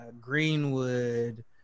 Greenwood